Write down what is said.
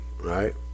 right